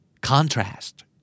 Contrast